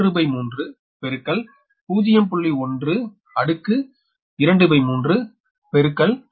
006713 0